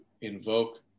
invoke